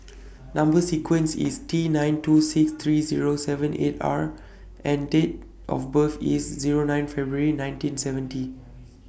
Number sequence IS T nine two six three Zero seven eight R and Date of birth IS Zero nine February nineteen seventy